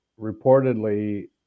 reportedly